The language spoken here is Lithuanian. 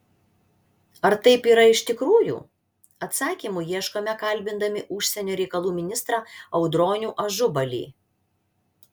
ar taip ir yra iš tikrųjų atsakymų ieškome kalbindami užsienio reikalų ministrą audronių ažubalį